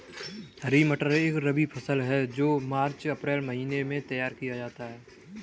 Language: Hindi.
हरी मटर एक रबी फसल है जो मार्च अप्रैल महिने में तैयार किया जाता है